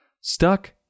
stuck